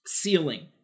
ceiling